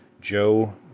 Joe